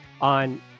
on